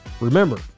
Remember